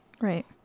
Right